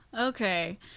Okay